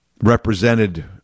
represented